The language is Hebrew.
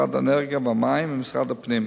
משרד האנרגיה והמים ומשרד הפנים.